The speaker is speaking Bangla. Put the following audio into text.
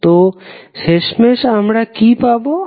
তো শেষমেশ আমরা কি পাবো